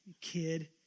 kid